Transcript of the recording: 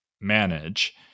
manage